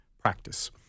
practice